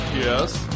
Yes